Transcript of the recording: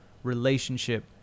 Relationship